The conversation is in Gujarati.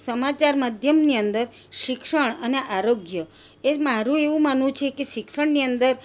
સમાચાર માધ્યમની અંદર શિક્ષણ અને આરોગ્ય એ મારું એવું માનવું છે કે શિક્ષણની અંદર